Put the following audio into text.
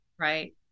Right